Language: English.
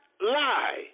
lie